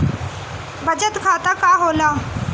बचत खाता का होला?